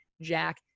jack